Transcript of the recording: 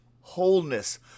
wholeness